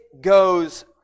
goes